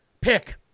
pick